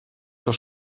zur